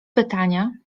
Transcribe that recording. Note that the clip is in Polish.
pytania